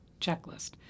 checklist